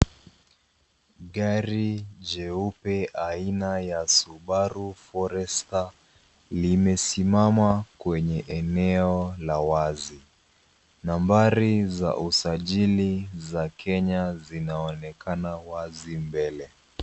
Gari jeupe aina ya Subaru forester limesimama kwenye eneo la wazi. nambari za usajili za Kenya zinaonekana wazi mbele.